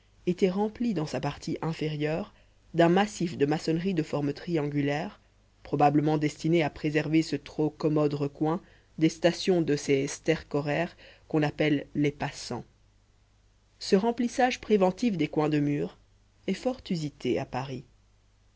était rempli dans sa partie inférieure d'un massif de maçonnerie de forme triangulaire probablement destiné à préserver ce trop commode recoin des stations de ces stercoraires qu'on appelle les passants ce remplissage préventif des coins de mur est fort usité à paris